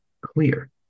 clear